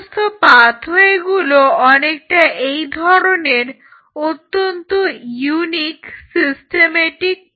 সমস্ত পাথওয়েগুলো অনেকটা এই ধরনের অত্যন্ত ইউনিক সিস্টেমেটিক পাথওয়ে